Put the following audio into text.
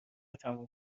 تموم